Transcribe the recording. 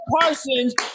Parsons